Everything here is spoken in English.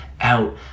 out